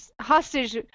Hostage